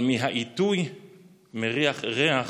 אבל מהעיתוי מריח ריח